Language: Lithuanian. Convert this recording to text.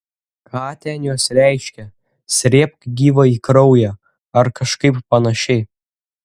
ką ten jos reiškia srėbk gyvąjį kraują ar kažkaip panašiai